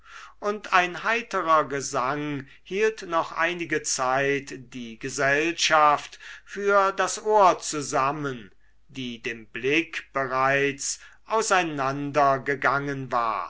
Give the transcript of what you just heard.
und ein heiterer gesang hielt noch einige zeit die gesellschaft für das ohr zusammen die dem blick bereits auseinandergegangen war